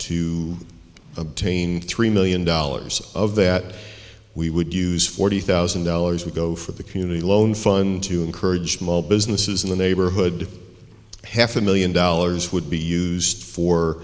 to obtain three million dollars of that we would use forty thousand dollars would go for the community loan fun to encourage small businesses in the neighborhood half a million dollars would be used for